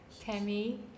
Tammy